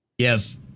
Yes